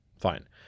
Fine